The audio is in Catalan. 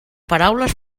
paraules